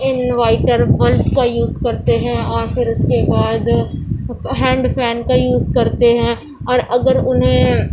inverter bulb کا use کرتے ہیں اور پھر اس کے بعد ہینڈ فین کا یوز کرتے ہیں اور اگر انہیں